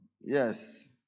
Yes